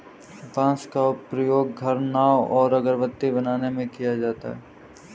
बांस का प्रयोग घर, नाव और अगरबत्ती बनाने में किया जाता है